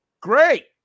Great